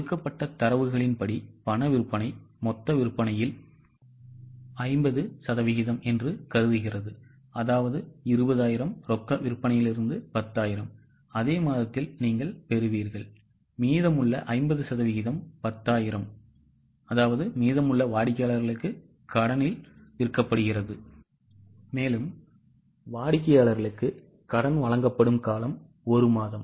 கொடுக்கப்பட்ட தரவுகளின்படி பண விற்பனை மொத்த விற்பனையில் 50 சதவீதம் என்று கருதுகிறதுஅதாவது 20000 ரொக்க விற்பனையிலிருந்து 10000 அதே மாதத்தில் நீங்கள் பெறுவீர்கள் மீதமுள்ள 50 சதவிகிதம் 10000 மீதமுள்ள வாடிக்கையாளர்களுக்கு கடனில் விற்கப்படுகிறது வாடிக்கையாளருக்கு கடன் வழங்கப்படும் காலம் 1 மாதம்